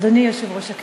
אדוני היושב-ראש,